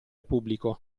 pubblico